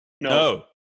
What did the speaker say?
No